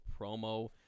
promo